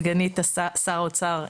סגנית שר האוצר,